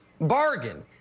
bargain